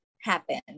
happen